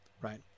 right